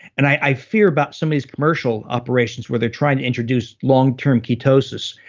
and i fear about some of these commercial operations where they're trying to introduce long-term ketosis.